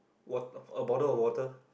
wat~ a bottle of water